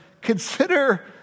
Consider